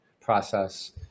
process